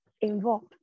involved